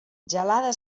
gelada